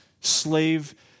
slave